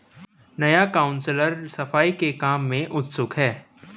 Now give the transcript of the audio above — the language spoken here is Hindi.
नया काउंसलर सफाई के काम में उत्सुक है